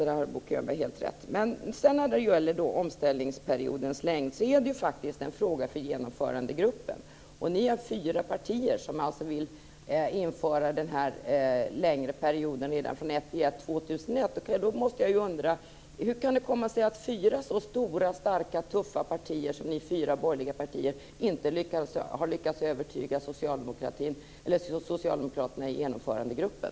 Men när det sedan gäller omställningsperiodens längd vill jag säga att det faktiskt är en fråga för Genomförandegruppen, och ni tillhör de fyra partier som vill införa den här längre perioden redan den 1 januari 2001. Jag måste då undra hur det kan komma sig att fyra så stora, starka och tuffa partier som de fyra borgerliga partierna inte har lyckats övertyga socialdemokraterna i Genomförandegruppen.